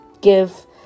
give